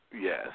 Yes